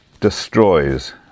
destroys